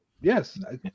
Yes